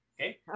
okay